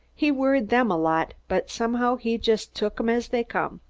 he worried them a lot, but somehow he just took em as they come.